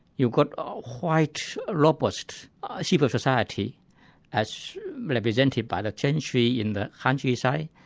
you've got a quite robust civil society as represented by the gentry in the countryside,